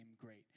great